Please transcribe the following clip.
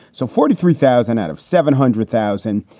so forty three thousand out of seven hundred thousand,